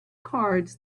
cards